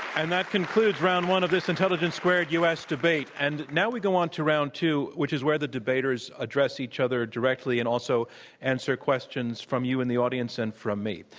and that concludes round one of this intelligence squared u. s. debate. and now we go onto round two, which is where the debaters address each other directly and also answer questions from you in the audience and from me.